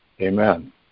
amen